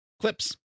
clips